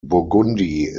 burgundy